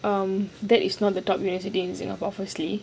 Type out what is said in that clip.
um that is not the top university in singapore firstly